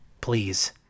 Please